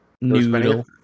Noodle